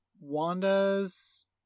Wanda's